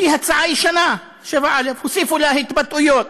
שהיא הצעה ישנה, 7א, הוסיפו לו התבטאויות.